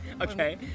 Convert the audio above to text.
Okay